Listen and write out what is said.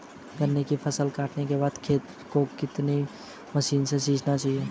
गन्ने की फसल काटने के बाद खेत को कौन सी मशीन से सींचना चाहिये?